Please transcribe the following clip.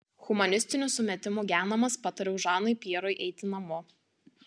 humanistinių sumetimų genamas patariau žanui pjerui eiti namo